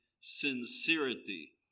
sincerity